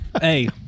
Hey